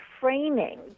framing